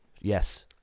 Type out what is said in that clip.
Yes